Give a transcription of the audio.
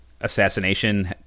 assassination